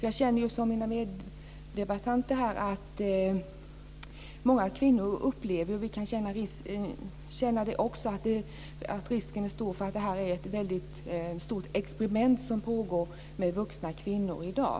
Jag upplever, liksom mina meddebattörer och många andra kvinnor, att risken är stor att detta är ett väldigt stort experiment som pågår med vuxna kvinnor i dag.